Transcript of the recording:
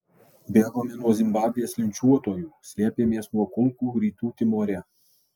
bėgome nuo zimbabvės linčiuotojų slėpėmės nuo kulkų rytų timore